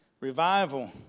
Revival